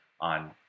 on